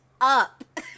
up